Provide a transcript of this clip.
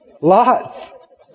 Lots